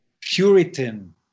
Puritan